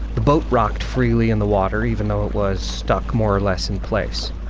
the boat rocked freely in the water, even though it was stuck more or less in place.